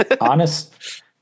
Honest